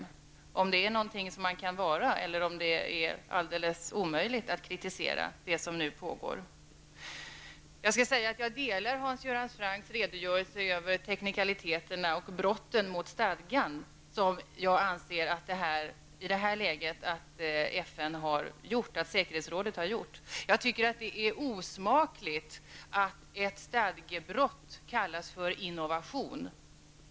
Är det någonting man kan vara eller är det alldeles omöjligt att kritisera det som nu pågår? Jag delar Hans Göran Francks redogörelse över teknikaliteterna och de brott mot stadgan som jag anser säkerhetsrådet har begått. Det är osmakligt att ett stadgebrott kallas för innovation.